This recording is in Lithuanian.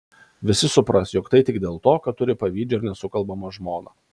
visi supras jog tai tik dėl to kad turi pavydžią ir nesukalbamą žmoną